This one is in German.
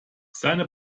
seine